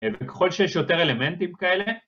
וככל שיש יותר אלמנטים כאלה...